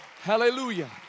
Hallelujah